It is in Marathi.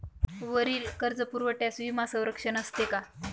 वरील कर्जपुरवठ्यास विमा संरक्षण असते का?